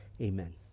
amen